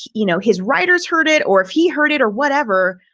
you know, his writers heard it, or if he heard it or whatever.